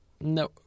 No